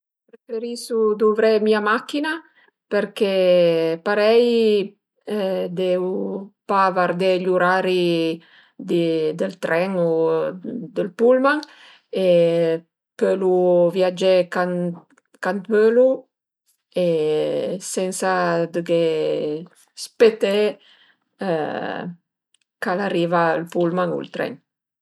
Preferisu duvré mia machin-a perché parei deu pa vardé gli urari di dël tren u dël pullman e põlu viagé can cant völu e sensa dëghé spëté ch'al ariva ël pullman o ël tren